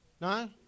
No